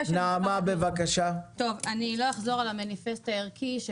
לא אחזור על המניפס הערכי.